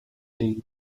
needy